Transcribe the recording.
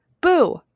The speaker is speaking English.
boo